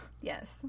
Yes